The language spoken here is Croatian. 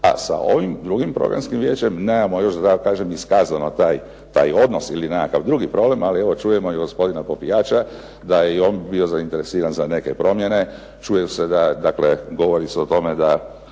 a sa ovim drugim Programskim vijećem nemamo još da tako kažem iskazan taj odnos ili nekakav drugi problem ali evo čujemo i gospodina Popijača da je i on bio zainteresiran za neke promjene. Čuje se, dakle govori se o tome da